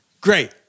Great